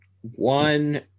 one